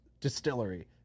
distillery